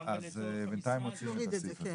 אז בינתיים נוריד את זה.